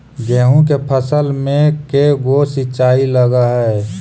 गेहूं के फसल मे के गो सिंचाई लग हय?